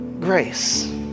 grace